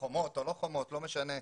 חומות או לא חומות, לא משנה.